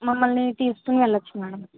మమ్మల్ని తీసుకుని వెళ్ళచ్చు మేడం